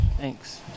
Thanks